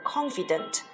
Confident